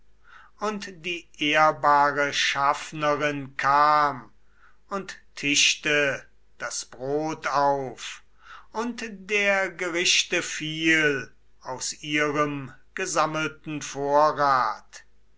und die ehrbare schaffnerin kam und tischte das brot auf und der gerichte viel aus ihrem gesammelten vorrat